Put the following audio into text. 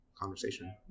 conversation